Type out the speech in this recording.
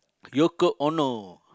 Yoko Ono